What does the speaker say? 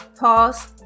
Pause